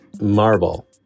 Marble